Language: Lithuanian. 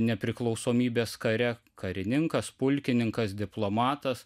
nepriklausomybės kare karininkas pulkininkas diplomatas